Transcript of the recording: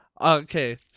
okay